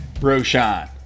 Roshan